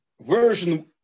version